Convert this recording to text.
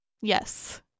Yes